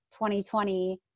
2020